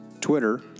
Twitter